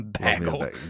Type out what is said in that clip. Bagel